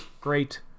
Great